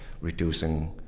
reducing